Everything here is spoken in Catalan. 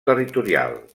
territorial